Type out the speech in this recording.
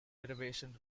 derivation